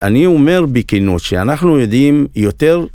אני אומר בכנות שאנחנו יודעים יותר